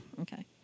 Okay